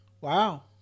Wow